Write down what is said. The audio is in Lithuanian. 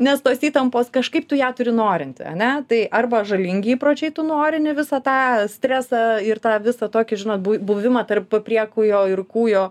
nes tos įtampos kažkaip tu ją turi nuorinti ane tai arba žalingi įpročiai tu nuorini visą tą stresą ir tą visą tokį žinot bu buvimą tarp priekūjo ir kūjo